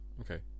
Okay